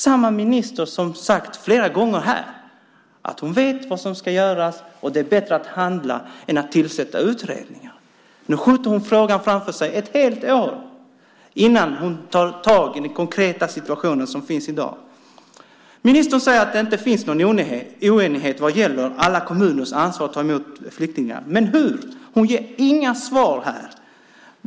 Samma minister som flera gånger sagt här att hon vet vad som ska göras och att det är bättre att handla än att tillsätta utredningar, skjuter nu frågan framför sig ett helt år innan hon tar tag i den konkreta situation som finns i dag. Ministern säger att det inte finns någon oenighet vad gäller alla kommuners ansvar för att ta emot flyktingar. Men hur? Hon ger inga svar här.